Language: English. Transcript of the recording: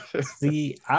See